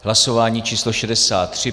Hlasování číslo 63.